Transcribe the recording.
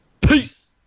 Peace